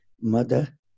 Mother